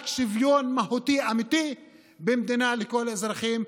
רק שוויון מהותי אמיתי במדינה לכל האזרחים,